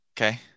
Okay